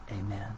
amen